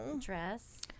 dress